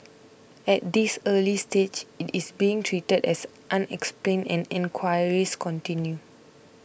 at this early stage it is being treated as unexplained and enquiries continue